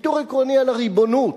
ויתור עקרוני על הריבונות,